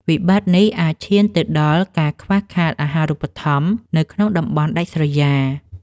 វិបត្តិនេះអាចឈានទៅដល់ការខ្វះខាតអាហារូបត្ថម្ភនៅក្នុងតំបន់ដាច់ស្រយាល។